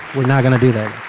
we're not going to do that.